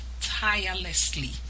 tirelessly